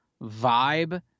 vibe